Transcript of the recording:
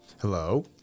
Hello